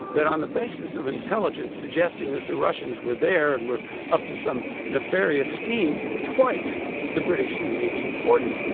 that on the basis of intelligence suggesting that the russians were there and were up to some nefarious schemes, twice the british in the eighteen forty s,